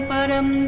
Param